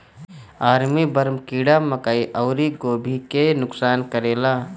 army worm कीड़ा मकई अउरी गोभी के भी नुकसान करेला